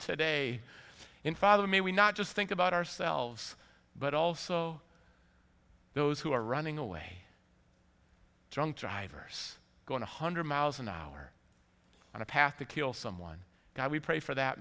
today in father may we not just think about ourselves but also those who are running away drunk drivers going to hundred miles an hour on a path to kill someone god we pray for that